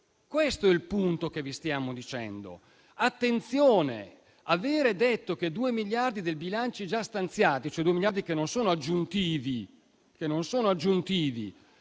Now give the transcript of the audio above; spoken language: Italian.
questo è il punto che vi stiamo dicendo. Attenzione, perché aver detto che due miliardi del bilancio già stanziati - cioè due miliardi che non sono aggiuntivi